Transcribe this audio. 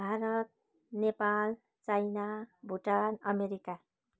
Bharat Nepal China Bhutan America